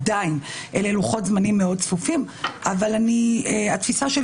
עדיין אלה לוחות זמנים מאוד צפופים אבל התפיסה שלי